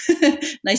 nice